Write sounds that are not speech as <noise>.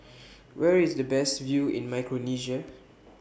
<noise> Where IS The Best View in Micronesia